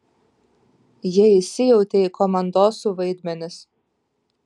jie įsijautė į komandosų vaidmenis